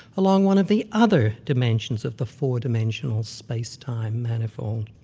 along one of the other dimensions of the four-dimensional space-time metaphor.